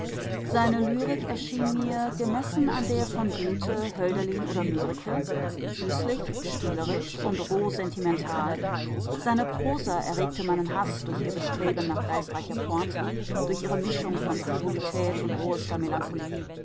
seine lyrik erschien mir gemessen an der von goethe hölderlin oder mörike süßlich spielerisch und roh sentimental seine prosa erregte meinen haß durch ihr bestreben nach geistreicher pointe durch ihre mischung von frivolität und rohester melancholie